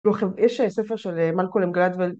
‫יש ספר של מלכולם גלדוולֿ.